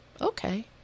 okay